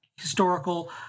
historical